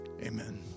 Amen